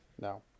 No